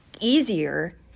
easier